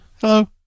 Hello